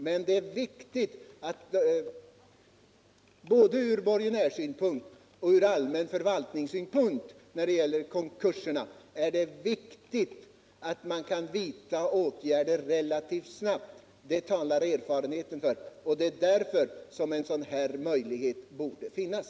Men både ur borgenärssynpunkt och ur allmän förvaltningssynpunkt när det gäller konkurser är det viktigt att man kan vidta åtgärder relativt snabbt; det talar erfarenheten för. Det är därför som en sådan här möjlighet borde finnas.